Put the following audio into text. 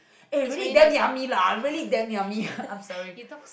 eh really damn yummy lah really damn yummy I'm sorry